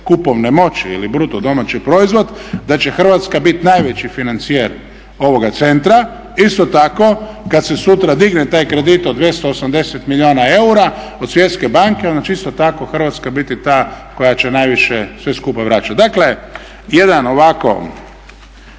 kupovne moći ili bruto domaći proizvod da će Hrvatska biti najveći financijer ovoga centra. Isto tako kada se sutra digne taj kredit od 280 milijuna eura od Svjetske banke onda će isto tako Hrvatska biti ta koja će najviše sve skupa vraćati. Dakle jedan ovako